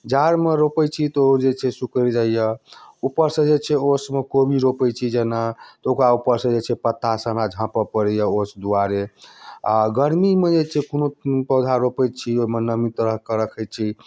जाड़ मे रोपै छी तऽ ओ जे छै सिकुर जाइया उपर से जे छै ओ समयमे कोबी रोपै छी जेना ओकरा उप्पर सऽ जे छै पत्ता सऽ हमरा झाँपऽ पड़ैया ओस दुआरे आ गर्मीमे जे छै कोनो की पौधा रोपै छी ओहिमे नमी तरहके रखै छी